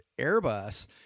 Airbus